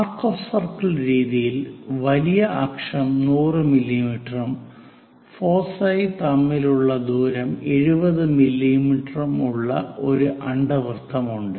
arc of circle രീതിയിൽ വലിയ അക്ഷം 100 മില്ലീമീറ്ററും ഫോസൈ തമ്മിലുള്ള ദൂരം 70 മില്ലീമീറ്ററുമുള്ള ഒരു അണ്ഡവൃത്തമുണ്ട്